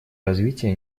развития